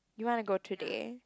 you want to go today